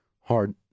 hard